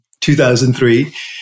2003